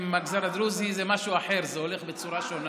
עם המגזר הדרוזי זה משהו אחר, זה הולך בצורה שונה.